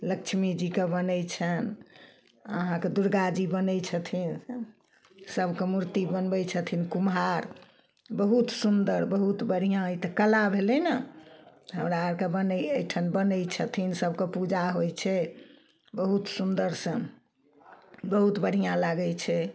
लक्ष्मी जीके बनय छनि अहाँके दुर्गा जी बनय छथिन सबके मूर्ति बनबय छथिन कुम्हार बहुत सुन्दर बहुत बढ़िआँ ई तऽ कला भेलय ने हमरा अरके बनैये अइठन बनय छथिन सबके पूजा होइ छै बहुत सुन्दर सन बहुत बढ़िआँ लागय छै